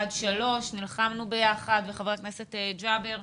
עד גיל שלוש ונלחמנו ביחד - וחבר הכנסת ג'אבר עסקאלה.